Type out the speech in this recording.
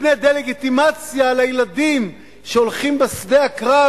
מפני דה-לגיטימציה לילדים שהולכים בשדה הקרב.